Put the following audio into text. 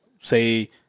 say